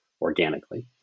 organically